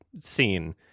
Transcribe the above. scene